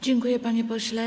Dziękuję, panie pośle.